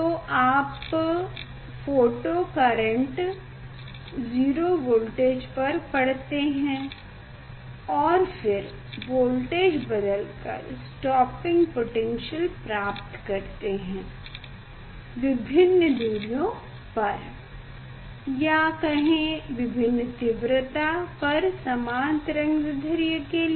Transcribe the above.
तो आप photo current 0 voltage पर पढ़ते हैं फिर वोल्टेज बदल कर स्टॉपिंग पोटैन्श्यल प्राप्त करते हैं विभिन्न दूरियों पर या कहें विभिन्न तीव्रता पर समान तरंगदैढ्र्य के लिए